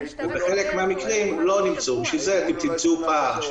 ובחלק מהמקרים לא נמצאו, ולכן תמצאו פער.